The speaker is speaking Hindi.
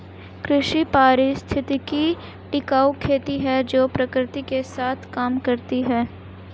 कृषि पारिस्थितिकी टिकाऊ खेती है जो प्रकृति के साथ काम करती है